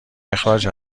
اخراج